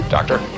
Doctor